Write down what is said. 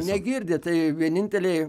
negirdi tai vieninteliai